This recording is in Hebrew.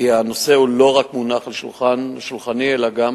כי הנושא מונח לא רק על שולחני, אלא גם